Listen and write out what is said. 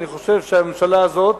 אני חושב שהממשלה הזאת,